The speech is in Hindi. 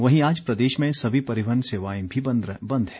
वहीं आज प्रदेश में सभी परिवहन सेवाएं भी बंद हैं